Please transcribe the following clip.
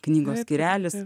knygos skyrelis